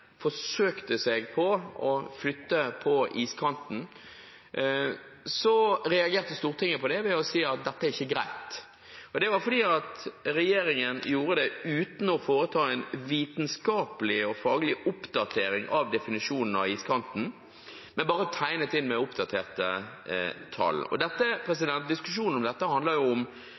forsøkte seg på å flytte på iskanten, reagerte Stortinget på det ved å si at dette er ikke greit. Det var fordi regjeringen gjorde det uten å foreta en vitenskapelig og faglig oppdatering av definisjonen av iskanten, men bare tegnet inn med oppdaterte tall. Diskusjonen om dette handler om flere forhold. Det handler om man skal benytte maksimal isutbredelse, eller om